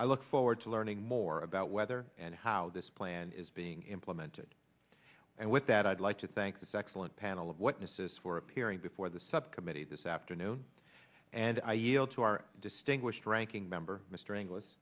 i look forward to learning more about whether and how this plan is being implemented and with that i'd like to thank this excellent panel of what mrs for appearing before the subcommittee this afternoon and i yield to our distinguished ranking member mr inglis